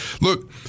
Look